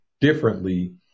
differently